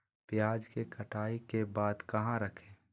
प्याज के कटाई के बाद कहा रखें?